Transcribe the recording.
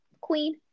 queen